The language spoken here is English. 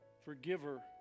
Forgiver